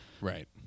right